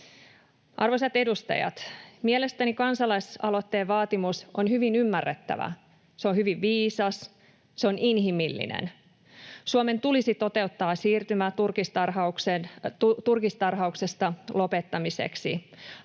Arvoisat edustajat, mielestäni kansalaisaloitteen vaatimus on hyvin ymmärrettävä, se on hyvin viisas, se on inhimillinen. Suomen tulisi toteuttaa siirtymä turkistarhauksen lopettamiseksi